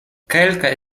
kelkaj